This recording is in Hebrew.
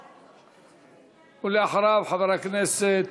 ואחריו, חבר הכנסת